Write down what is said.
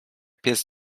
pies